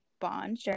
bond